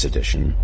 Edition